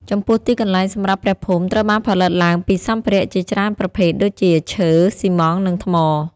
ចំពោះទីកន្លែងសម្រាប់ព្រះភូមិត្រូវបានផលិតឡើងពីសម្ភារៈជាច្រើនប្រភេទ ដូចជា ឈើ ស៊ីម៉ងត៍ និង ថ្ម។